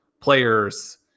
players